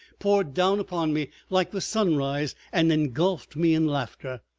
poured down upon me like the sunrise, and engulfed me in laughter.